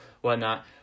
whatnot